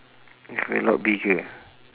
if a lot bigger